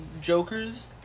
Jokers